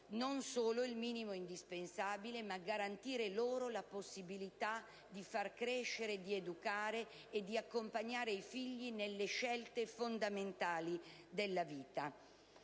non solo il minimo indispensabile, ma anche la possibilità di far crescere, di educare e di accompagnare i figli nelle scelte fondamentali della vita.